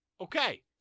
Okay